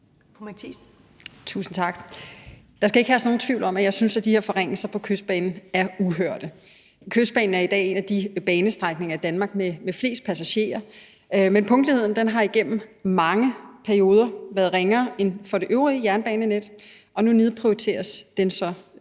(NB): Tusind tak. Der skal ikke herske nogen tvivl om, at jeg synes, at de her forringelser på Kystbanen er uhørte. Kystbanen er i dag en af de banestrækninger i Danmark med flest passagerer, men punktligheden har igennem mange perioder været ringere end for det øvrige jernbanenet, og nu nedprioriteres den så yderligere.